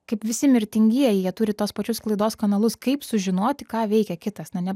kaip visi mirtingieji jie turi tuos pačius sklaidos kanalus kaip sužinoti ką veikia kitas na ne